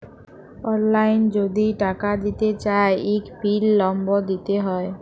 অললাইল যদি টাকা দিতে চায় ইক পিল লম্বর দিতে হ্যয়